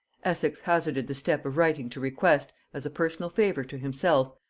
essex hazarded the step of writing to request, as a personal favor to himself,